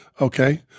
Okay